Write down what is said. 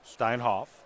Steinhoff